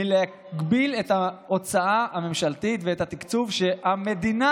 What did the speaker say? מלהגביל את ההוצאה הממשלתית ואת התקציב שהמדינה